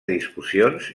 discussions